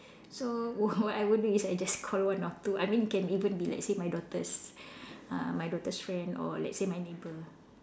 so what I would do is I just call one or two I mean can even be like say my daughter's uh my daughter's friend or like say my neighbour